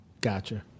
Gotcha